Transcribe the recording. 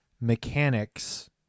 mechanics